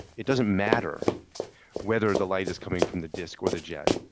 it doesn't matter whether the light is coming from the disk or the jet.